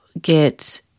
get